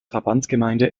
verbandsgemeinde